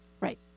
Right